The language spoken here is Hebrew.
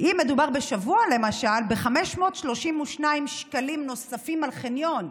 אם מדובר בשבוע, למשל, 532 שקלים נוספים על חניון.